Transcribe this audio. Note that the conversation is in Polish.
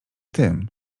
tym